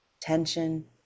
tension